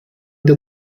der